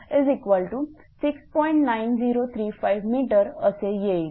9035 m असे येईल